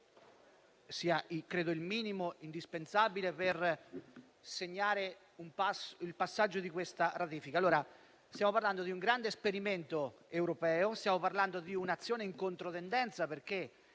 Stiamo parlando di un grande esperimento europeo e di un'azione in controtendenza: